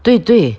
对对